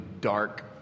dark